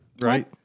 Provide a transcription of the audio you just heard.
right